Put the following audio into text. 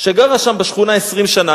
שגרה שם בשכונה 20 שנה,